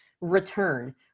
return